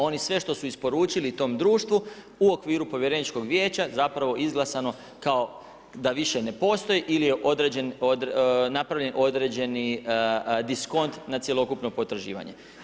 Oni sve što su isporučili tom društvu, u okviru povjereničkog vijeća zapravo izglasano kao da više ne postoji ili je napravljen određeni diskont na cjelokupno potraživanje.